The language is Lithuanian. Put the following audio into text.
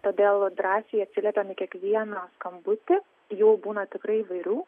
todėl drąsiai atsiliepiam į kiekvieną skambutį jų būna tikrai įvairių